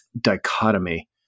dichotomy